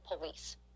police